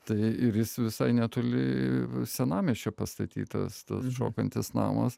tai ir jis visai netoli senamiesčio pastatytas tas šokantis namas